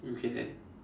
okay then